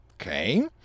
Okay